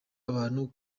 abantu